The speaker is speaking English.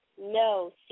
No